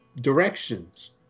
directions